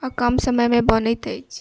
आ कम समय मे बनैत अछि